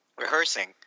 rehearsing